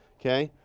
okay?